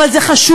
אבל זה חשוב,